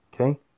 okay